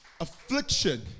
Affliction